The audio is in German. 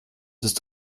ist